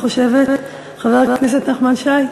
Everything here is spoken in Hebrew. חבר הכנסת נחמן שי.